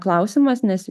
klausimas nes